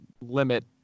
limit